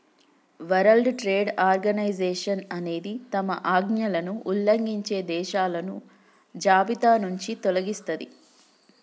world trade organisation అనేది తమ ఆజ్ఞలను ఉల్లంఘించే దేశాలను జాబితానుంచి తొలగిస్తది